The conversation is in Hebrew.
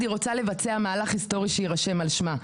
היא רוצה לבצע מהלך היסטורי שיירשם על שמה.